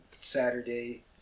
Saturday